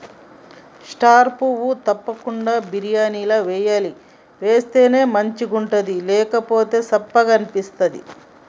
star పువ్వు తప్పకుండ బిర్యానీల వేయాలి వేస్తేనే మంచిగుంటది లేకపోతె సప్పగ అనిపిస్తది